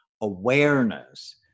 awareness